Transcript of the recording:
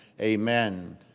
amen